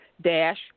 dash